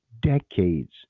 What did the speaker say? decades